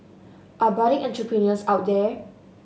are budding entrepreneurs out there